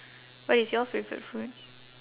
what is your favourite food